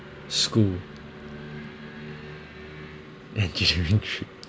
school and